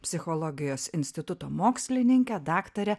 psichologijos instituto mokslininke daktare